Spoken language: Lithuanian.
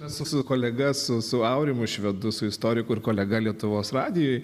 mes su kolega su su aurimu švedu su istoriku ir kolega lietuvos radijuj